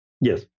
Yes